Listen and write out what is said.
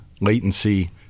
latency